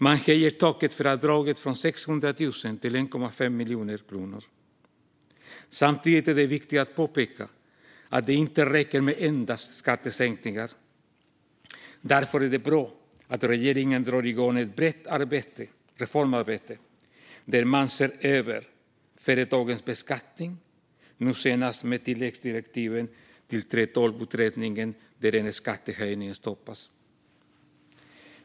Man höjer taket för avdraget från 600 000 kronor till 1,5 miljoner kronor. Samtidigt är det viktigt att påpeka att det inte räcker med endast skattesänkningar. Därför är det bra att regeringen drar igång ett brett reformarbete där man ser över företagens beskattning, nu senast med tilläggsdirektiven till 3:12-utredningen där en skattehöjning stoppas.